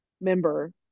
member